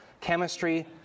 chemistry